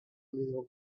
little